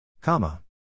comma